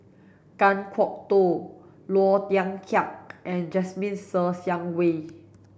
Kan Kwok Toh Low Thia Khiang and Jasmine Ser Xiang Wei